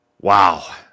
Wow